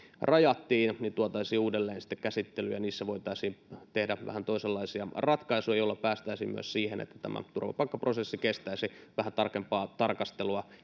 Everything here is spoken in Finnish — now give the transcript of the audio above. rajattiin tuotaisiin uudelleen käsittelyyn ja niissä voitaisiin tehdä vähän toisenlaisia ratkaisuja jolloin päästäisiin myös siihen että tämä turvapaikkaprosessi kestäisi vähän tarkempaa tarkastelua